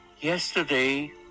yesterday